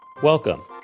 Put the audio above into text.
Welcome